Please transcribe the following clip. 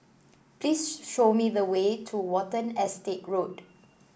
please show me the way to Watten Estate Road